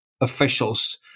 officials